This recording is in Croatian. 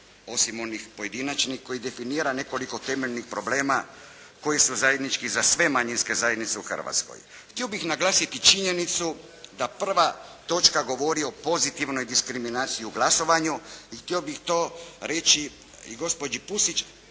osim onih pojedinačnih, koji definira nekoliko temeljnih problema koji su zajednički za sve manjinske zajednice u Hrvatskoj. Htio bih naglasiti činjenicu da prva točka govori o pozitivnoj diskriminaciji u glasovanju i htio bih to reći i gospođi Pusić,